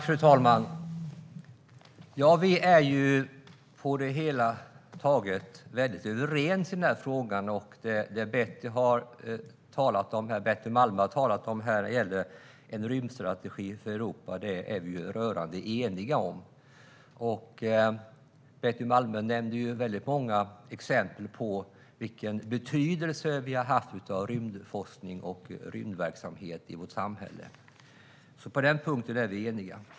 Fru talman! Vi är på det hela taget överens i den här frågan. Det som Betty Malmberg har talat om här när det gäller en rymdstrategi för Europa är vi rörande eniga om. Betty Malmberg nämnde väldigt många exempel på den betydelse rymdforskning och rymdverksamhet har haft i vårt samhälle, och på den punkten är vi eniga.